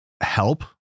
help